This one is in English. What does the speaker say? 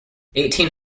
eighteen